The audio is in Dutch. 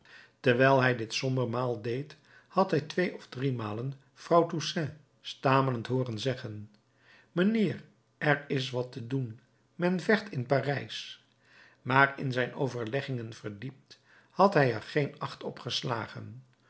terwijl hij dit sober maal deed had hij twee of driemalen vrouw toussaint stamelend hooren zeggen mijnheer er is wat te doen men vecht in parijs maar in zijn overleggingen verdiept had hij er geen acht op geslagen